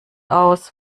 aus